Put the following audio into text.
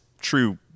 true